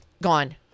Gone